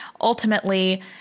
ultimately